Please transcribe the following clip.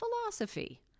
Philosophy